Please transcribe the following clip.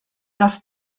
das